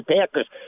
Packers